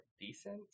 decent